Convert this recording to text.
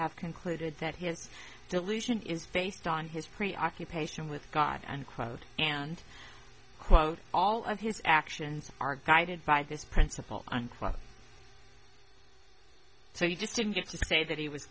have concluded that his delusion is based on his preoccupation with god and quote and quote all of his actions are guided by this principle unquote so you just didn't get to say that he was